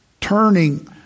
Turning